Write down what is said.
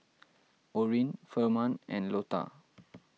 Orin Firman and Lota